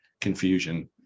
confusion